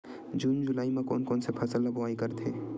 जून जुलाई म कोन कौन से फसल ल बोआई करथे?